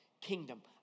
kingdom